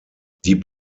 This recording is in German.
die